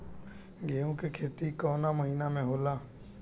गेहूँ के खेती कवना महीना में होला?